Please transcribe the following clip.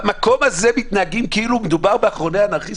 במקום הזה מתנהגים כאילו מדובר באחרוני האנרכיסטים?